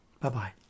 bye-bye